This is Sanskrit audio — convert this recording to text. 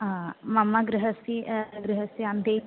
हा मम गृहस्य गृहस्य अन्ते